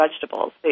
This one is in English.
vegetables